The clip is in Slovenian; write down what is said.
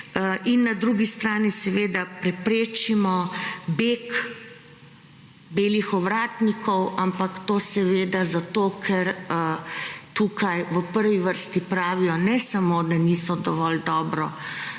In na drugi strani seveda preprečimo beg belih ovratnikov, ampak to seveda zato ker tukaj v prvi vrsti pravijo ne samo, da niso dovolj dobro